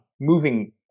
moving